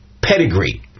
pedigree